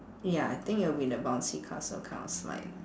ya I think it'll be the bouncy castle kind of slide